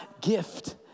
gift